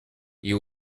you